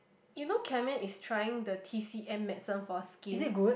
you know Chamen is trying the T_C_M medicine for skin